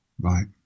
right